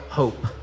hope